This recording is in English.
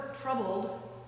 troubled